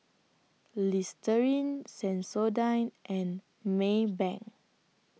Listerine Sensodyne and Maybank